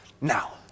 Now